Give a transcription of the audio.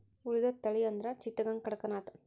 ಉಳಿದದ ತಳಿ ಅಂದ್ರ ಚಿತ್ತಗಾಂಗ, ಕಡಕನಾಥ